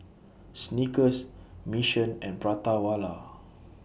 Snickers Mission and Prata Wala